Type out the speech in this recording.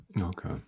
okay